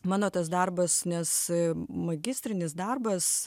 mano tas darbas nes magistrinis darbas